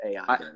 AI